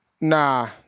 Nah